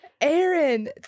Aaron